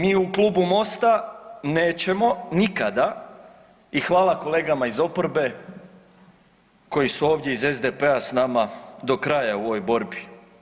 Mi u klubu MOST-a nećemo nikada i hvala kolegama iz oporbe koji su ovdje iz SDP-a sa nama do kraja u ovoj borbi.